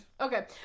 Okay